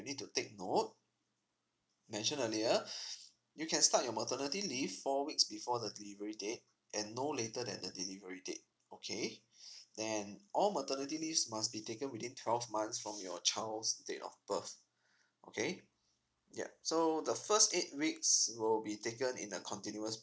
need to take note mentioned earlier you can start your maternity leave four weeks before the delivery date and no later than the delivery date okay then all maternity leaves must be taken within twelve months from your child's date of birth okay yup so the first eight weeks will be taken in a continuous